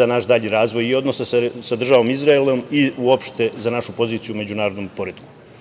za naš dalji razvoj i odnose sa Državom Izrael i uopšte za našu poziciju u međunarodnom poretku.U